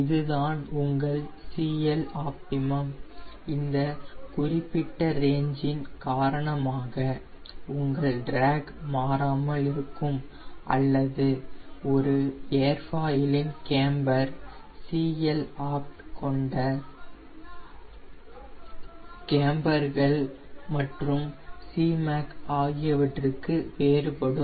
இதுதான் உங்கள் CLopt இந்த குறிப்பிட்ட ரேஞ்சின் காரணமாக உங்கள் டிராக் மாறாமல் இருக்கும் அல்லது ஒரு ஏர்ஃபாயிலின் கேம்பர் CLopt கொண்ட கேம்பர்கள் மற்றும் Cmac ஆகியவற்றுக்கு வேறுபடும்